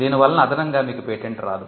దీని వలన అదనంగా మీకు పేటెంట్ రాదు